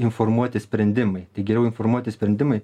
informuoti sprendimai tai geriau informuoti sprendimai